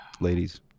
ladies